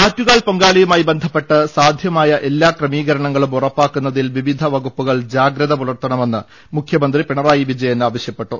ആറ്റുകാൽ പൊങ്കാലയുമായി ബന്ധപ്പെട്ട് സാധ്യമായ എല്ലാ ക്രമീ കരണങ്ങളും ഉറപ്പാക്കുന്നതിൽ വിവിധ വകുപ്പുകൾ ജാഗ്രത പുലർത്ത ണമെന്ന് മുഖ്യമന്ത്രി പിണറായി വിജയൻ ആവശ്യപ്പെട്ടു